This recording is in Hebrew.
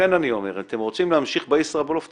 לכן אני אומר, אתם רוצים להמשיך בישראבלוף תמשיכו,